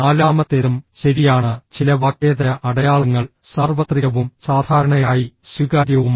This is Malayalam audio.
നാലാമത്തേതും ശരിയാണ് ചില വാക്കേതര അടയാളങ്ങൾ സാർവത്രികവും സാധാരണയായി സ്വീകാര്യവുമാണ്